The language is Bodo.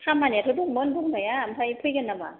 खामानियाथ' दंमोन दंनाया आमफ्राइ फैगोन नामा